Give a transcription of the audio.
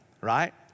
right